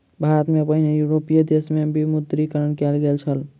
भारत सॅ पहिने यूरोपीय देश में विमुद्रीकरण कयल गेल छल